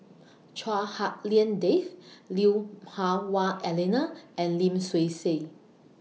Chua Hak Lien Dave Lui Hah Wah Elena and Lim Swee Say